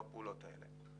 זה נכתב גם בדוח.